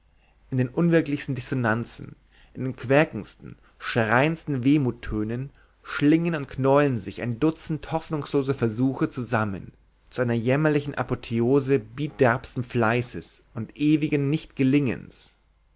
in den unwirklichsten dissonanzen in den quäkendsten schreiendsten wehmuttönen schlingen und knäueln sich ein dutzend hoffnungslose versuche zusammen zu einer jämmerlichen apotheose biderbsten fleißes und ewigen